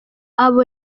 abo